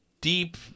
deep